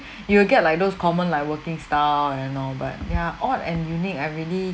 you will get like those common like working style and all but ya odd and unique I really